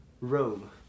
Rome